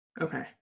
Okay